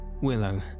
willow